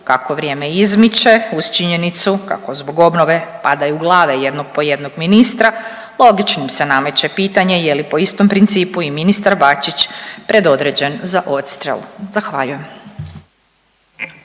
Kako vrijeme izmiče uz činjenicu kako zbog obnovu padaju glave jednog po jednog ministra logičnim se nameće pitanje je li po istom principu i ministar Bačić predodređen za odstrel. Zahvaljujem.